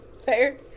Fair